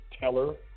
teller